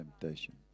Temptation